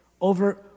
over